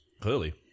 Clearly